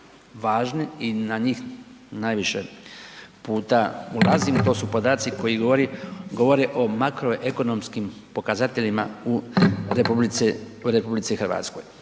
i na njih najviše puta ulazim, to su podaci koji govore o makroekonomskim pokazateljima u RH. Pa onda se